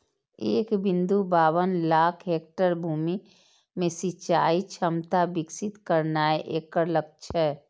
एक बिंदु बाबन लाख हेक्टेयर भूमि मे सिंचाइ क्षमता विकसित करनाय एकर लक्ष्य छै